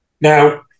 Now